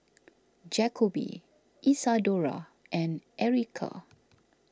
Jacoby Isadora and Erykah